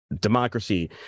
democracy